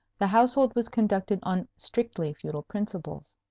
the household was conducted on strictly feudal principles.